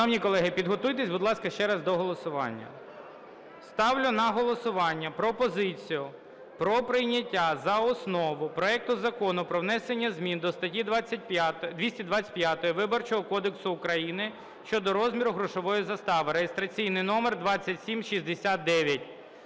Шановні колеги, підготуйтесь, будь ласка, ще раз до голосування. Ставлю на голосування пропозицію про прийняття за основу проекту Закону про внесення змін до статті 225 Виборчого кодексу України (щодо розміру грошової застави) (реєстраційний номер 2769).